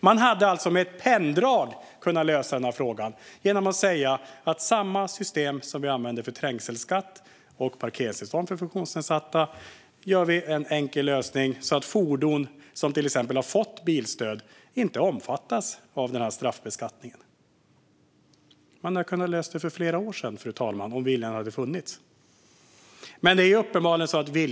Man hade alltså med ett penndrag kunnat lösa den här frågan genom att säga att samma system som används för trängselskatt och parkeringstillstånd för funktionsnedsatta också skulle kunna användas för att se till att fordon som har fått bilstöd inte omfattas av straffbeskattningen. Man hade kunnat lösa detta för flera år sedan om viljan hade funnits. Viljan finns uppenbarligen inte.